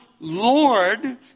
Lord